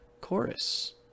Chorus